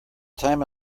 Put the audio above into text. time